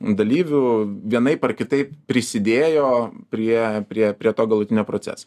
dalyvių vienaip ar kitaip prisidėjo prie priėjo prie to galutinio proceso